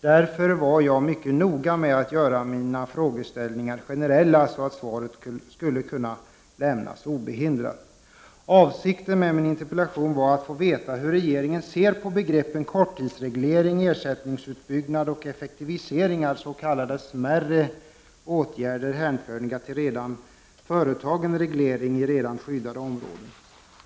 Därför var jag mycket noga med att göra mina frågor generella så att svaret skulle kunna lämnas obehindrat av aktuella ärenden. Avsikten med min interpellation var att få veta hur regeringen ser på begreppen korttidsreglering, ersättningsutbyggnad och effektiviseringar, s.k. smärre åtgärder hänförliga till redan företagen reglering i redan skyddade områden.